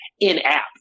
in-app